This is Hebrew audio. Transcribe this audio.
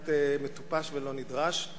קצת מטופש ולא נדרש.